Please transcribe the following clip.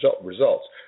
results